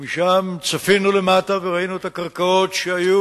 ומשם צפינו למטה וראינו את הקרקעות שהיו,